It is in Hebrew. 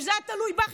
אם זה היה תלוי בך,